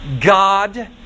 God